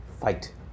Fight